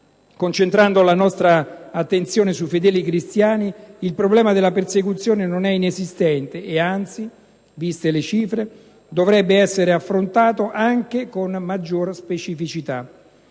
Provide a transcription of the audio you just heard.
Concentrando la nostra attenzione sui fedeli cristiani, il problema della persecuzione non è inesistente, anzi, viste le cifre, dovrebbe essere affrontato anche con maggiore specificità.